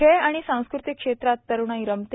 खेळ आणि सास्कृंतिक क्षेत्रात तरूणाई रमते